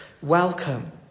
welcome